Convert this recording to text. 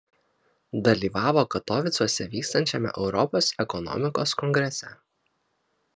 dalyvavo katovicuose vykstančiame europos ekonomikos kongrese